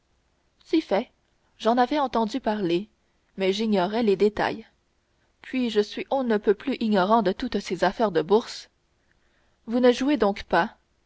si fait j'en avais entendu parler mais j'ignorais les détails puis je suis on ne peut plus ignorant de toutes ces affaires de bourse vous ne jouez donc pas